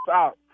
out